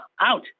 out